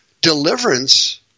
Deliverance